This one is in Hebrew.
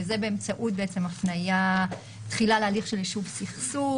וזאת באמצעות הפנייה תחילה להליך של יישוב סכסוך,